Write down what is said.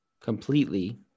completely